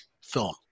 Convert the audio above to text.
film